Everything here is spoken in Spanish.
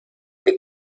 que